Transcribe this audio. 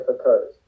occurs